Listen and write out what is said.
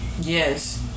yes